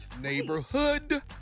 Neighborhood